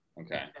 Okay